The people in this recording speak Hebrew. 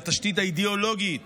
בתשתית האידאולוגית